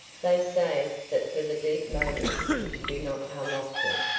they saved that for the deep moments which do not come often,